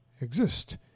exist